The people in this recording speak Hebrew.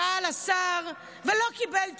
שאל השר ולא קיבל תשובה.